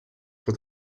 for